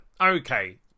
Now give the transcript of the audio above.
Okay